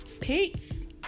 Peace